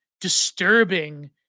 disturbing